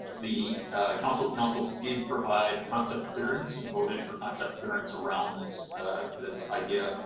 the council of councils did provide concept clearance and voted for concept clearance around this this idea.